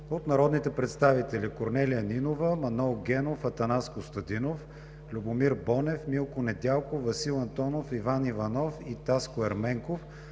от народните представители Корнелия Нинова, Манол Генов, Атанас Костадинов, Любомир Бонев, Милко Недялков, Васил Антонов, Иван Иванов и Таско Ерменков